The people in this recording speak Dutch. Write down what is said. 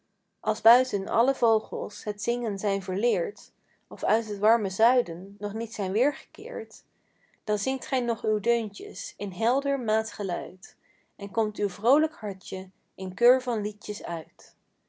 buiten alle vogels het zingen zijn verleerd of uit het warme zuiden nog niet zijn weergekeerd dan zingt gij nog uw deuntjes in helder maatgeluid en komt uw vroolijk hartje in keur van liedjes uit